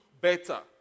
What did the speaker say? better